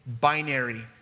binary